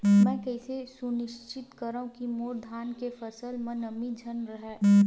मैं कइसे सुनिश्चित करव कि मोर धान के फसल म नमी झन रहे?